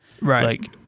Right